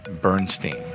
Bernstein